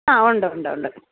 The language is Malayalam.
ആ ഉണ്ട് ഉണ്ട് ഉണ്ട്